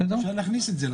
אפשר להכניס את זה.